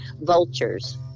vultures